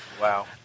Wow